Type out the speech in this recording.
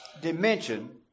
dimension